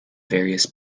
various